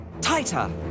tighter